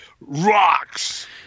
rocks